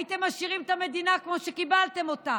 הייתם משאירים את המדינה כמו שקיבלתם אותה,